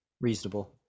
reasonable